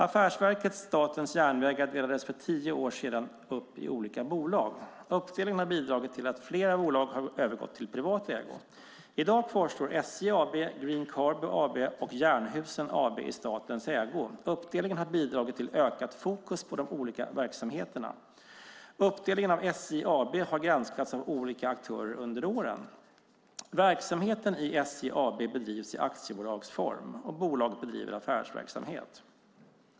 Affärsverket Statens järnvägar delades för tio år sedan upp i olika bolag. Uppdelningen har bidragit till att flera bolag har övergått till privat ägo. I dag kvarstår SJ AB, Green Cargo AB och Jernhusen AB i statens ägo. Uppdelningen har bidragit till ökat fokus på de olika verksamheterna. Uppdelningen av SJ AB har granskats av olika aktörer under åren. Verksamheten i SJ AB bedrivs i aktiebolagsform. Bolaget bedriver affärsverksamhet.